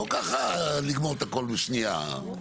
לא ככה לגמור את הכול בשנייה.